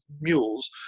Mules